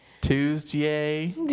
Tuesday